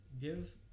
give